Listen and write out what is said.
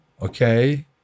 Okay